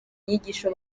inyigisho